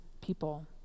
people